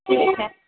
ठीक है